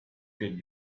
good